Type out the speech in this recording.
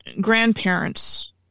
grandparents